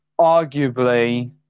arguably